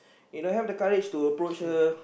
they don't have the courage to approach her